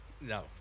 No